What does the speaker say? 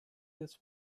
this